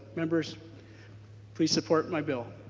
members please support my bill.